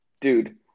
Dude